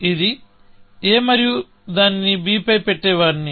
ఇది a మరియు దానిని b పై పెట్టేవాడిని